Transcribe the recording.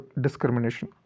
discrimination